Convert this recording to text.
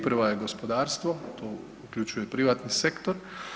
Prva je gospodarstvo, to uključuje privatni sektor.